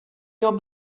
your